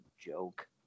Joke